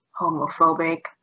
homophobic